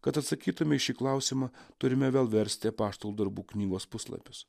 kad atsakytume į šį klausimą turime vėl versti apaštalų darbų knygos puslapius